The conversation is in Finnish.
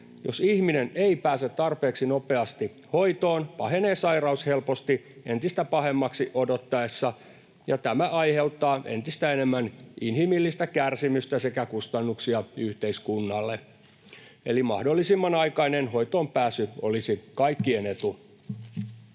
Jos ihminen ei pääse tarpeeksi nopeasti hoitoon, pahenee sairaus helposti entistä pahemmaksi odottaessa ja tämä aiheuttaa entistä enemmän inhimillistä kärsimystä sekä kustannuksia yhteiskunnalle, eli mahdollisimman aikainen hoitoonpääsy olisi kaikkien etu.